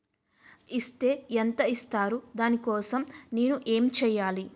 Is తే ఎంత ఇస్తారు దాని కోసం నేను ఎంచ్యేయాలి?